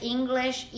English